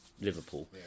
Liverpool